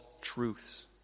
truths